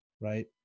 Right